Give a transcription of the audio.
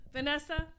Vanessa